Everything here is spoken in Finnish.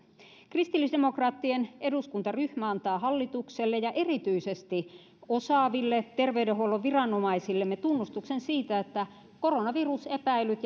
kristillisdemokraattien eduskuntaryhmä antaa hallitukselle ja erityisesti osaaville terveydenhuollon viranomaisillemme tunnustuksen siitä että koronavirusepäilyt